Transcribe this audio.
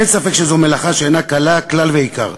אין ספק שזו מלאכה שאינה קלה כלל ועיקר,